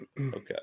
Okay